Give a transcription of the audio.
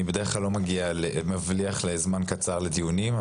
אני בדרך כלל לא מבליח לזמן קצר בדיונים,